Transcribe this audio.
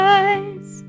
eyes